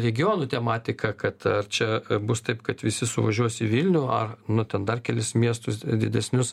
regionų tematiką kad čia bus taip kad visi suvažiuos į vilnių ar nu ten dar kelis miestus didesnius